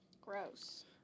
Gross